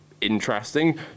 interesting